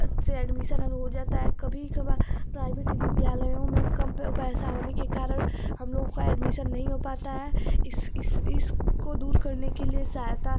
अच्छे एडमीसन हो जाता है कभी कभार प्राइवेट विद्यालयों में कम पैसा होने के कारण हम लोगों का एडमीसन नहीं हो पाता है इस इस इसको दूर करने के लिए सहायता